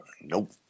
Nope